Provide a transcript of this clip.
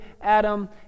Adam